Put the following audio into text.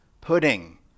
pudding